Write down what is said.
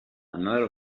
another